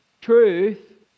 truth